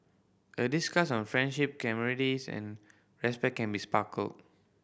a discussion on friendship camaraderies and respect can be sparked